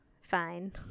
fine